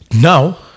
Now